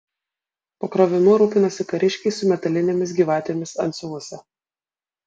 pakrovimu rūpinosi kariškiai su metalinėmis gyvatėmis antsiuvuose